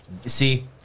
see